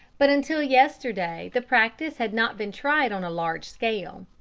but until yesterday the practice had not been tried on a large scale.